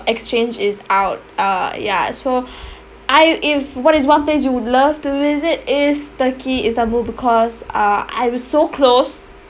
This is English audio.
exchange is out uh yeah so I if what is one place you would love to visit is Turkey Istanbul because uh I was so close